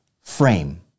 frame